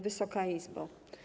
Wysoka Izbo!